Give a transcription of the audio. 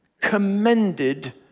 commended